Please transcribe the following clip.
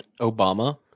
Obama